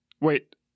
Wait